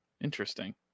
Interesting